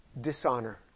dishonor